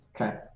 Okay